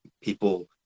people